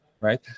Right